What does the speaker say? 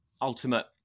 ultimate